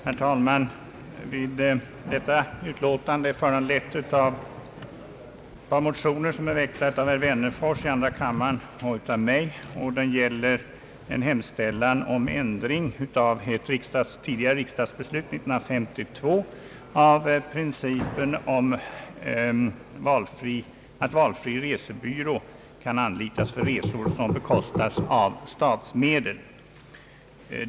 Herr talman! I detta utlåtande — föranlett av ett par likalydande motioner, som väckts av herr Wennerfors i andra kammaren och av mig — behandlas en hemställan om sådan ändring av den princip varom beslut fattades av 1952 års riksdag att valfri resebyrå ej kan anlitas för resor som bekostas av statsmedel.